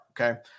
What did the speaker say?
Okay